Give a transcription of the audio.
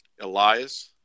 Elias